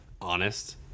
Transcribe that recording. honest